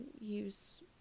use